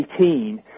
2018